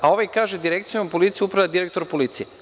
A ovaj kaže – direkcijom policije upravlja direktor policije.